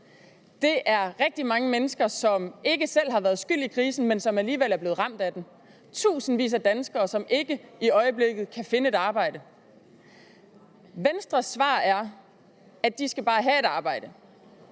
Der er rigtig mange mennesker, som ikke selv har været skyld i krisen, men som alligevel er blevet ramt af den – tusindvis af danskere, som i øjeblikket ikke kan finde et arbejde. Venstres svar er, at de bare skal have et arbejde,